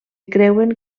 creuen